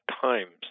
times